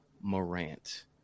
Morant